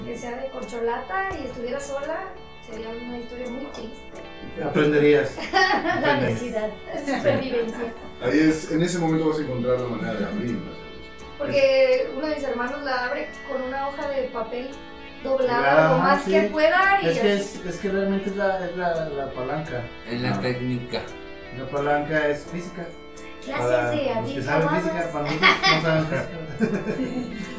que sea de corcholata y estuviera sola, sería una historia muy triste. Aprenderías. La Aprenderías. necesidad de Sí. supervivencia. Ahí es- en ese momento vas a encontrar la manera de abrirlo. Porque Es- uno de mis hermanos la abre con una hoja de papel doblada lo Ah, más que sí. pueda y Es que así. es- es que realmente es la- es la- la palanca. Es la Ah. técnica. La palanca es física. Clases Para de los que saben física, para nosotros que no saben habilidades. física.